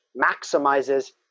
maximizes